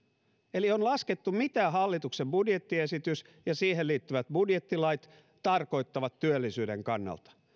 eli on laskettu mitä hallituksen budjettiesitys ja siihen liittyvät budjettilait tarkoittavat työllisyyden kannalta